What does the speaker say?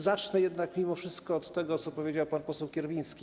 Zacznę mimo wszystko od tego, co powiedział pan poseł Kierwiński.